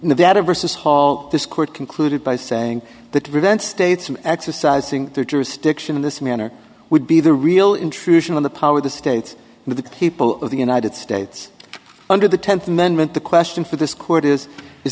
nevada versus halt this court concluded by saying that prevent states from exercising their jurisdiction in this manner would be the real intrusion of the power of the state to the people of the united states under the tenth amendment the question for this court is is